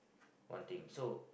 one thing so